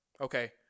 Okay